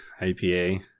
IPA